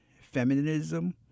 feminism